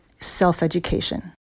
self-education